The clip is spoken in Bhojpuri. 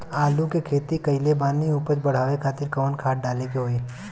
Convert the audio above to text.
आलू के खेती कइले बानी उपज बढ़ावे खातिर कवन खाद डाले के होई?